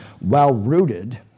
well-rooted